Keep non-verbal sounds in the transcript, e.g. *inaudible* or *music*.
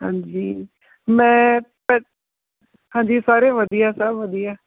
ਹਾਂਜੀ ਮੈਂ *unintelligible* ਹਾਂਜੀ ਸਾਰੇ ਵਧੀਆ ਸਭ ਵਧੀਆ